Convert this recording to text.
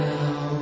Now